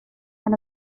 gan